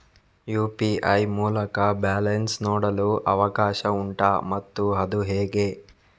UPI ಮೂಲಕ balance ನೋಡಲು ಅವಕಾಶ ಉಂಟಾ ಮತ್ತು ಅದು ಹೇಗೆ?